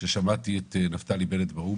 כששמעתי את נפתלי בנט באו"ם.